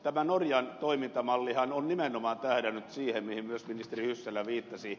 tämä norjan toimintamallihan on nimenomaan tähdännyt siihen mihin myös ministeri hyssälä viittasi